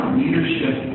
leadership